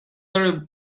her